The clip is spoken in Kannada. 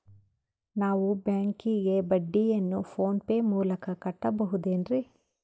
ನಾವು ಬ್ಯಾಂಕಿಗೆ ಬಡ್ಡಿಯನ್ನು ಫೋನ್ ಪೇ ಮೂಲಕ ಕಟ್ಟಬಹುದೇನ್ರಿ?